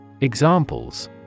Examples